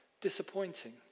disappointing